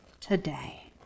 today